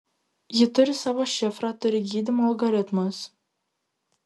ji turi savo šifrą turi gydymo algoritmus